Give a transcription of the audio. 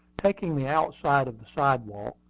taking the outside of the sidewalk,